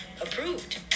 approved